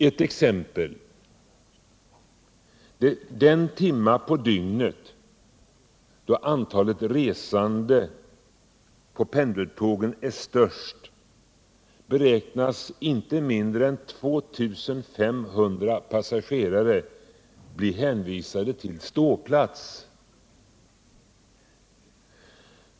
Ett exempel: Den timme på dygnet då antalet resande med pendeltågen är störst beräknas inte mindre än 2 500 passagerare bli hänvisade till ståplats.